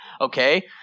okay